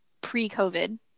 pre-COVID